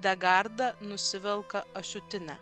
degarda nusivelka ašutinę